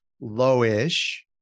low-ish